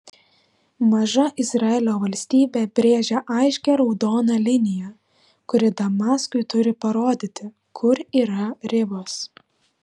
maža izraelio valstybė brėžia aiškią raudoną liniją kuri damaskui turi parodyti kur yra ribos